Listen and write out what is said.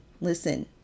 listen